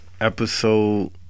episode